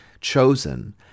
chosen